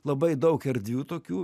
labai daug erdvių tokių